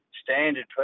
standard